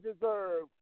deserve